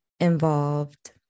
Involved